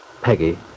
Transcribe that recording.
Peggy